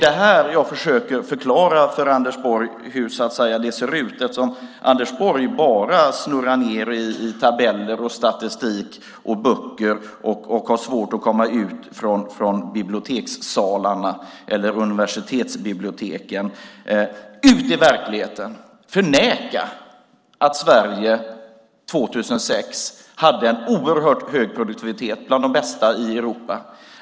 Det jag försöker förklara för Anders Borg är hur det ser ut, eftersom Anders Borg bara dyker ned i tabeller, statistik och böcker och har svårt att komma ut från universitetsbiblioteket och ut i verkligheten. Det går inte att förneka att Sverige år 2006 hade en oerhört hög produktivitet, bland de högsta i Europa.